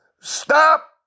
Stop